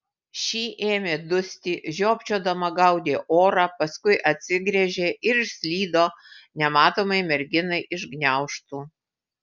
ši ėmė dusti žiopčiodama gaudė orą paskui apsigręžė ir išslydo nematomai merginai iš gniaužtų